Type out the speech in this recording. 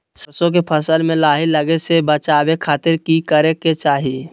सरसों के फसल में लाही लगे से बचावे खातिर की करे के चाही?